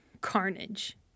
carnage